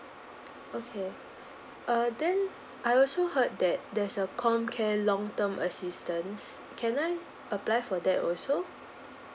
okay err then I also heard that there's a COMCARE long term assistance can I apply for that also